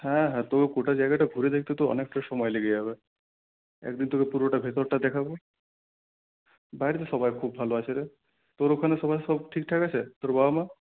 হ্যাঁ হ্যাঁ তোর গোটা জায়গা ঘুরে দেখতে তো অনেকটা সময় লেগে যাবে একদিন তোকে পুরোটা ভেতরটা দেখাবো বাড়িতে সবাই খুব ভালো আছে রে তোর ওখানে সবাই সব ঠিকঠাক আছে তোর বাবা মা